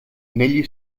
negli